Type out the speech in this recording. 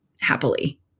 happily